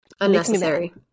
Unnecessary